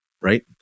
right